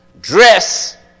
dress